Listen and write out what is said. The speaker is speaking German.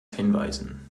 hinweisen